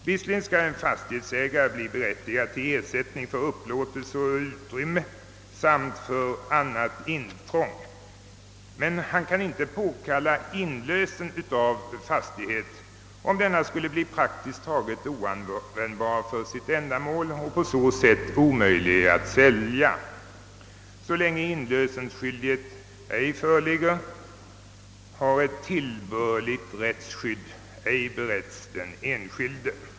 Visserligen skall en fastighetsägare bli berättigad till ersättning för upplåtelse av utrymme samt för annat intrång. Men han kan inte påkalla inlösen av fastighet, om denna skulle bli praktiskt taget oanvändbar för sitt ändamål och på så sätt omöjlig att sälja. Så länge inlösenskyldighet ej föreligger, har ett tillbörligt rättsskydd ej beretts den enskilde.